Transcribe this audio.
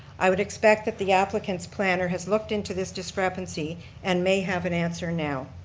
i would expect that the applicant's planner has looked into this discrepancy and may have an answer now.